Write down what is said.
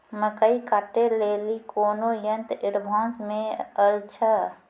मकई कांटे ले ली कोनो यंत्र एडवांस मे अल छ?